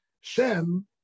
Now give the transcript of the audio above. Shem